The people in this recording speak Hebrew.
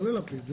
לא ללפיד.